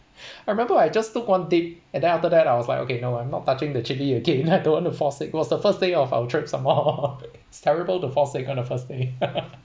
I remember I just took one dip and then after that I was like okay no I'm not touching the chilli again I don't want to fall sick it was the first day of our trip some more it's terrible to fall sick on the first day